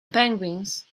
penguins